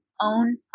own